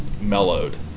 mellowed